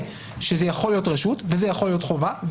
שזה יכול להיות רשות וזה יכול להיות חובה,